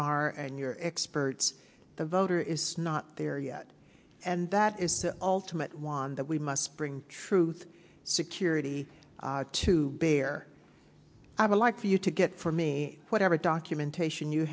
are and your experts the voter is not there yet and that is the ultimate wand that we must bring truth security to bere i would like for you to get for me whatever documentation you